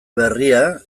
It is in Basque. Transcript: berria